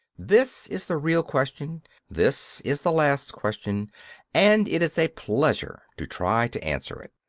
this is the real question this is the last question and it is a pleasure to try to answer it.